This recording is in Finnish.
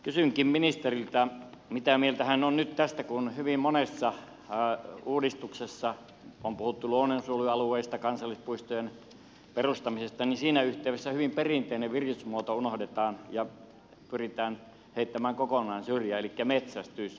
kysynkin ministeriltä mitä mieltä hän on nyt tästä kun hyvin monessa uudistuksessa on puhuttu luonnonsuojelualueista kansallispuistojen perustamisesta niin siinä yhteydessä hyvin perinteinen virkistysmuoto unohdetaan ja pyritään heittämään kokonaan syrjään elikkä metsästys